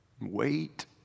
Wait